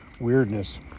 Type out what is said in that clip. weirdness